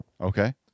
Okay